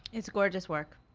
it's gorgeous work.